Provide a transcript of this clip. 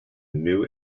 new